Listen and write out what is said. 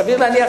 סביר להניח,